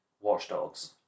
watchdogs